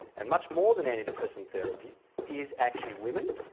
and much more than antidepressant therapy is actually women.